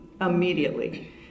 Immediately